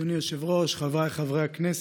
אדוני היושב-ראש, חבריי חברי הכנסת,